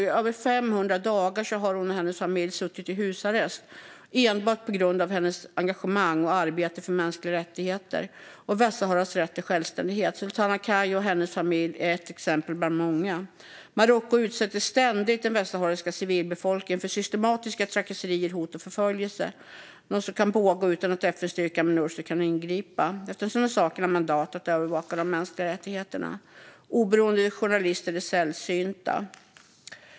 I över 500 dagar har hon och hennes familj suttit i husarrest, enbart på grund av hennes engagemang och arbete för mänskliga rättigheter och Västsaharas rätt till självständighet. Sultana Kayha och hennes familj är ett exempel bland många. Marocko utsätter ständigt den västsahariska civilbefolkningen för systematiska trakasserier, hot och förföljelse - något som kan pågå utan att FN-styrkan Minurso kan ingripa, eftersom de saknar mandat att övervaka de mänskliga rättigheterna. Oberoende journalister är sällsynta.